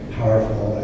powerful